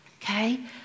Okay